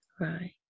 right